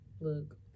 look